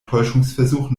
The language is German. täuschungsversuch